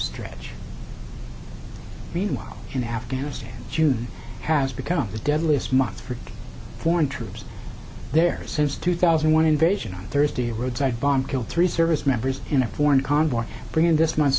stretch meanwhile in afghanistan june has become the deadliest month for foreign troops there since two thousand and one invasion on thursday a roadside bomb killed three service members in a foreign convoy bringing this month